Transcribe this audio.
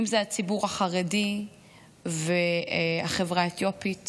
אם זה הציבור החרדי והחברה האתיופית